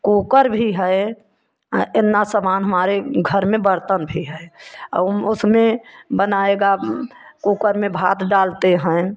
cooker भी है इतना समान हमारे घर में बर्तन भी है और उसमें बनाएगा कुकर में भात डालते हैं